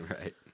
Right